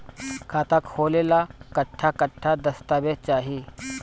खाता खोले ला कट्ठा कट्ठा दस्तावेज चाहीं?